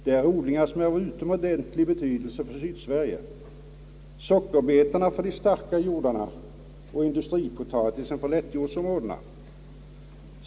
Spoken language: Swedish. Det är odlingar som är av utomordentlig betydelse för Sydsverige — sockerbetorna för de starka jordarna och industripotatisen för = lättjordsområdena.